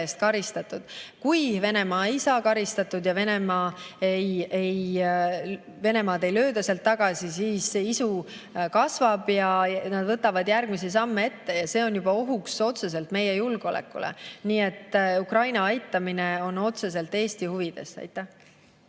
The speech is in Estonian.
eest karistatud. Kui Venemaa ei saa karistatud ja Venemaad ei lööda sealt tagasi, siis isu kasvab ja nad võtavad järgmisi samme ette. See oleks juba otseseks ohuks meie julgeolekule. Nii et Ukraina aitamine on otseselt Eesti huvides. Aitäh!